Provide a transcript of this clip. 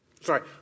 Sorry